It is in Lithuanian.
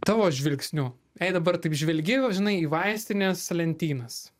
tavo žvilgsniu jei dabar taip žvelgi žinai į vaistinės lentynas